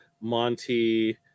monty